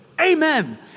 Amen